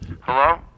Hello